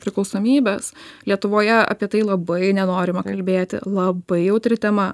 priklausomybės lietuvoje apie tai labai nenorima kalbėti labai jautri tema